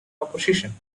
opposition